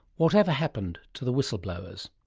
whatever happened to the whistleblowers?